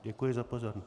Děkuji za pozornost.